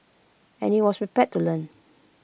and he was prepared to learn